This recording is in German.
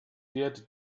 werde